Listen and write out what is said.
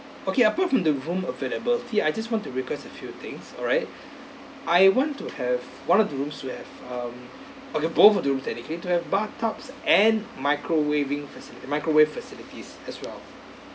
okay apart from the room availability I just want to request a few things alright I want to have one of the room to have um okay both of the rooms to have bathtubs and microwaving faci~ microwave facilities as well